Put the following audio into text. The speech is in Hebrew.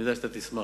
אני יודע שאתה תשמח.